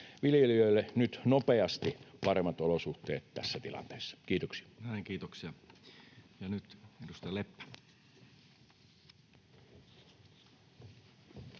viljelijöille nyt nopeasti paremmat olosuhteet tässä tilanteessa. — Kiitoksia.